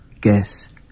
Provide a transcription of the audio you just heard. Guess